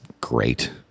great